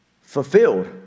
Fulfilled